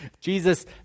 Jesus